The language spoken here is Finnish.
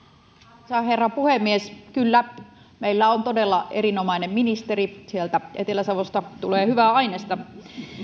arvoisa herra puhemies kyllä meillä on todella erinomainen ministeri sieltä etelä savosta tulee hyvää ainesta